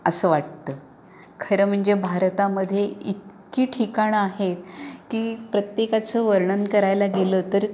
असं वाटतं खरं म्हणजे भारतामध्ये इतकी ठिकाणं आहेत की प्रत्येकाचं वर्णन करायला गेलं तर